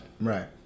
Right